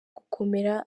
gukomera